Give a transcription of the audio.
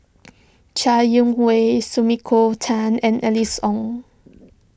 Chai Yee Wei Sumiko Tan and Alice Ong